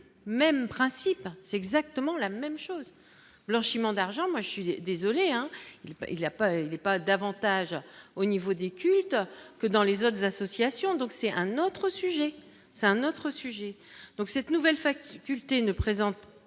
même principe, exactement la même chose, blanchiment d'argent, moi je suis désolé, hein, il peut, il y a pas, il est pas davantage au niveau des cultes que dans les autres associations, donc c'est un autre sujet, c'est un autre sujet, donc cette nouvelle faculté ne présente pas